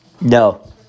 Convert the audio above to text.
No